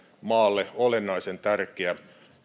maalle olennaisen tärkeä